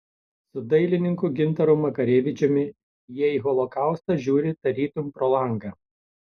su dailininku gintaru makarevičiumi jie į holokaustą žiūri tarytum pro langą